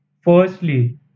Firstly